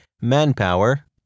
manpower